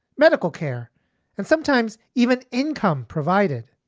medical care and sometimes even income provided.